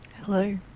Hello